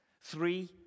three